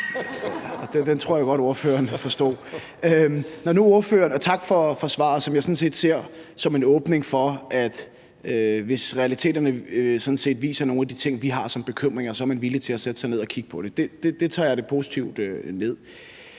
Tak for svaret, som jeg sådan set ser som en åbning for, at man, hvis realiteterne viser nogle af de ting, vi har som bekymringer, er villig til at sætte sig ned og kigge på det. Det tager jeg positivt ned.